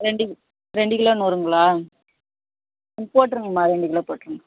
ரெண்டு ரெண்டு கிலோ நூறுங்களா ம் போட்டுருங்கம்மா ரெண்டு கிலோ போட்டுருங்க